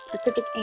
specific